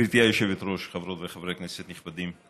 גברתי היושבת-ראש, חברות וחברי כנסת נכבדים,